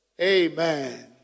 Amen